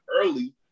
early